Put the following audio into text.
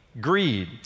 greed